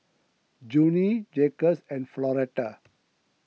Junie Jaquez and Floretta